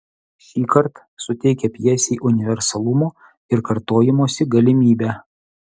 šįkart suteikia pjesei universalumo ir kartojimosi galimybę